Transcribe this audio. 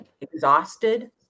exhausted